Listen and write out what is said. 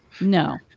No